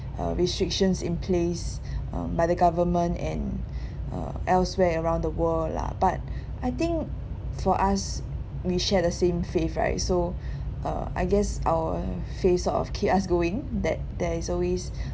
uh restrictions in place um by the government and uh elsewhere around the world lah but I think for us we share the same faith right so uh I guess our faith sort of keep us going that there is always